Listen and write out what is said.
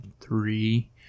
three